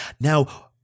Now